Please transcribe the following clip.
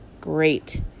great